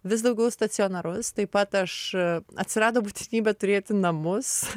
vis daugiau stacionarus taip pat aš atsirado būtinybė turėti namus